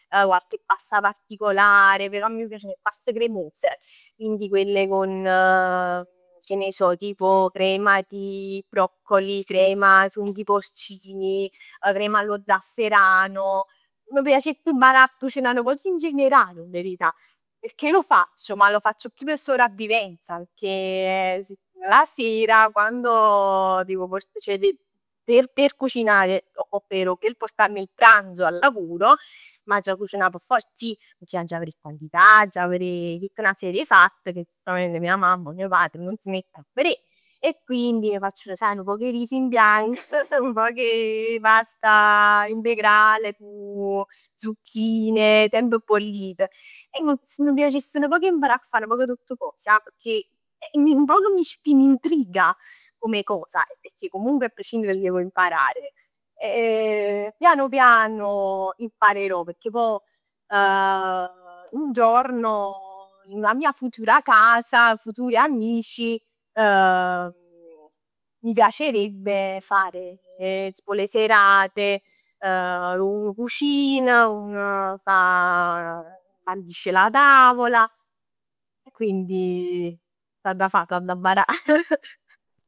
O cocche pasta particolare, però a me m' piaceno 'e paste cremose. Quindi quelle con, che ne so, tipo crema di broccoli, crema ai funghi porcini, crema allo zafferano. M' piace imparà a cucinà nu poc in generale 'a verità. Perchè io lo faccio, ma lo faccio più per sopravvivenza pecchè la sera quando arrivo, per per cucinare, ovvero per portarmi il pranzo a lavoro m'aggia cucinà per forza ij. Pecchè aggia verè 'e quantità, aggia verè tutt 'na serie e fatti che ovviamente mia mamma e mio padre nun s' metten a verè. E quindi sai faccio nu poc 'e riso in bianco, nu poc 'e pasta integrale cu zucchine, semp bollite. E m' piacess imparà a fa nu poc 'e tutt cos ja, pecchè nu poc mi ispir, mi in- intriga come cosa, pecchè comunque a prescindere devo imparare. Piano piano imparerò, pecchè poi un giorno in una mia futura casa, futuri amici, mi piacerebbe fare tipo le serate, uno cucina, uno fa bandisce la tavola. E quindi s'adda fa, s'adda mparà.